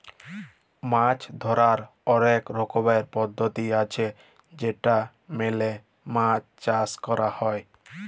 মাছ ধরার অলেক রকমের পদ্ধতি আছে যেটা মেলে মাছ চাষ ক্যর হ্যয়